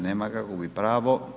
Nema ga, gubi pravo.